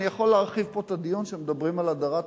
אני יכול להרחיב פה את הדיון כשמדברים על הדרת נשים.